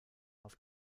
auf